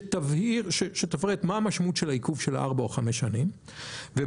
שתבהיר מה המשמעות של העיכוב של ארבע או חמש שנים ומה